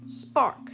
spark